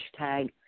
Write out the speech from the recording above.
hashtag